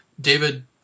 David